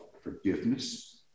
forgiveness